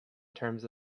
terms